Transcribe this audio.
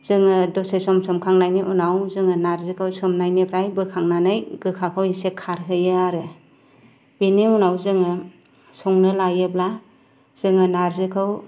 जोङो दसे सम सोमखांनायनि उनाव जोङो नार्जिखौ सोमनायनिफ्राय बोखांनानै गोखाखौ इसे खारहोयो आरो बेनि उनाव जोङो संनो लायोब्ला जोङो नार्जिखौ